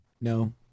No